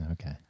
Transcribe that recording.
Okay